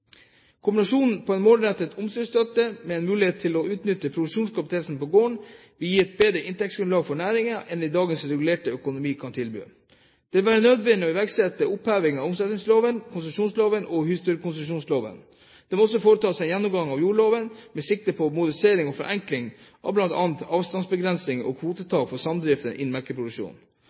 Kombinasjonen av en målrettet omstillingsstøtte med en mulighet til å utnytte produksjonskapasiteten på gården vil gi et bedre inntektsgrunnlag for næringen enn det dagens regulerte økonomi kan tilby. Det vil være nødvendig å iverksette oppheving av omsetningsloven, konsesjonsloven og husdyrkonsesjonsloven. Det må også foretas en gjennomgang av jordloven med sikte på modernisering og forenkling av bl.a. avstandsbegrensning og kvotetak for samdrifter